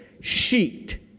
sheet